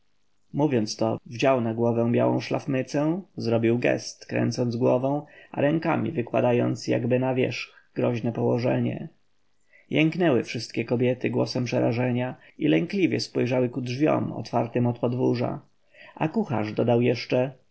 mówiąc to wdział na głowę białą szlafmycę zrobił gest kręcąc głową a rękami wykładając jakoby na wierzch groźne położenie jęknęły wszystkie kobiety głosem przerażenia i lękliwie spojrzały ku drzwiom otwartym od podwórza a kucharz dodał jeszcze